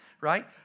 right